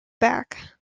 back